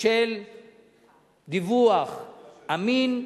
של דיווח אמין,